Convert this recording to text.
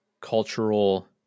cultural